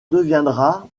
deviendra